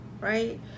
right